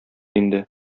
инде